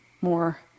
more